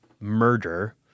murder